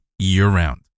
year-round